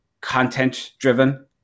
content-driven